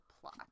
plot